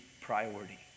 priority